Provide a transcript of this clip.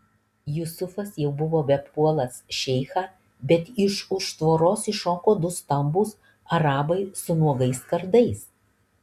jusufas jau buvo bepuoląs šeichą bet iš už tvoros iššoko du stambūs arabai su nuogais kardais